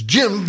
Jim